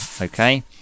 okay